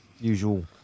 usual